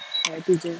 dah itu jer